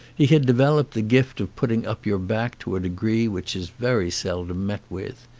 he had developed the gift of putting up your back to a degree which is very seldom met with.